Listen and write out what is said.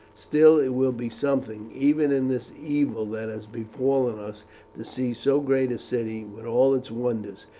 still, it will be something even in this evil that has befallen us to see so great a city with all its wonders.